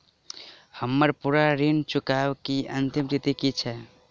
हम्मर पूरा ऋण चुकाबै केँ अंतिम तिथि की छै?